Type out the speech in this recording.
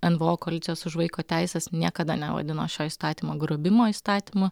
nvo koalicijos už vaiko teises niekada nevadino šio įstatymo grobimo įstatymu